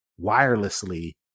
wirelessly